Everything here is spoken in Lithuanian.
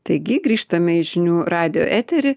taigi grįžtame į žinių radijo eterį